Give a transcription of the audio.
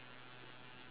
okay can